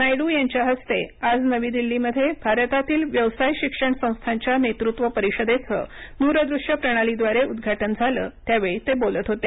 नायडू यांच्या हस्ते आज नवी दिल्लीमध्ये भारतातील व्यवसाय शिक्षण संस्थांच्या नेतृत्व परिषदेचं द्रदृष्य प्रणालीद्वारे उद्घाटन झालं त्यावेळी ते बोलत होते